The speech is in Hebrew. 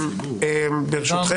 ברשותכם.